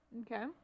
Okay